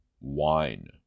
Wine